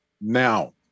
now